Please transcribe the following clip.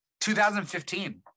2015